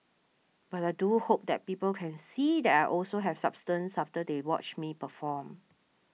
but I do hope that people can see that I also have substance after they watch me perform